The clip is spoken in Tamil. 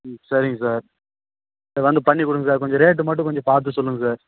ம் சரிங்க சார் செரி வந்து பண்ணி கொடுங்க சார் கொஞ்சம் ரேட்டு மட்டும் கொஞ்சம் பார்த்து சொல்லுங்கள் சார்